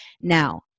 Now